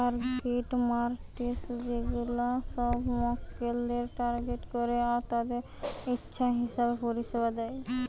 target markets সেগুলা সব মক্কেলদের টার্গেট করে আর তাদের ইচ্ছা হিসাবে পরিষেবা দেয়